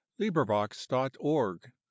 LibriVox.org